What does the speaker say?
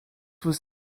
was